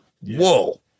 whoa